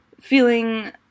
feeling